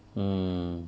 mm